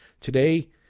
Today